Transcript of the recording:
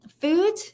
food